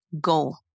goal